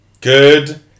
good